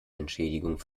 entschädigung